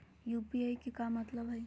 UPI के का मतलब हई?